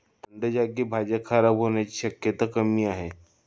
थंड जागी भाज्या खराब होण्याची शक्यता कमी असते